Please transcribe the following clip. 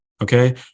okay